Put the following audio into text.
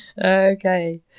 Okay